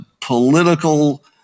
political